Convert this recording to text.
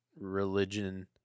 religion